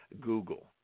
Google